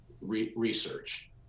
research